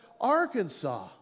Arkansas